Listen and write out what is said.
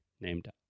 named